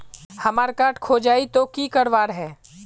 हमार कार्ड खोजेई तो की करवार है?